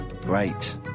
Great